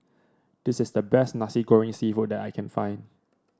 this is the best Nasi Goreng seafood that I can find